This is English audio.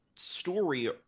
story